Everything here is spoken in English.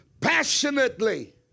passionately